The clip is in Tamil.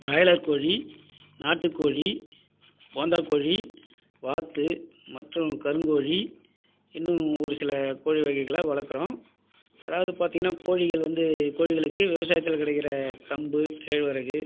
ப்ராயிலர் கோழி நாட்டுக்கோழி போந்தா கோழி வாத்து மற்றும் கருங்கோழி இன்னும் ஒரு சில கோழி வகைகளை வளர்க்குறோம் அதாவது பார்த்திங்கன்னா கோழிகள் வந்து கோழிகளுக்கு விவசாயத்தில் கிடைக்கிற கம்பு கேழ்வரகு